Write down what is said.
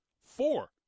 Four